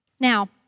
Now